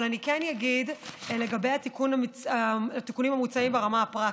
אבל אני כן אגיד לגבי התיקונים המוצעים ברמה הפרקטית.